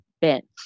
bent